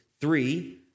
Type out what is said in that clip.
three